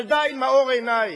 ילדה עם מאור עיניים,